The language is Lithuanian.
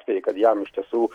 tai kad jam iš tiesų